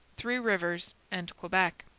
three rivers, and quebec.